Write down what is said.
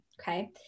Okay